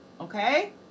okay